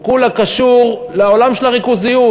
הוא כולו קשור לעולם של הריכוזיות.